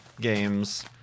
games